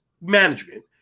management